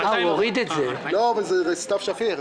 זאת רוויזיה של סתיו שפיר.